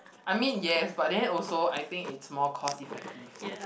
I mean yes but then also I think is more cost effective